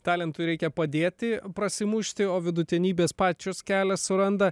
talentui reikia padėti prasimušti o vidutinybės pačios kelią suranda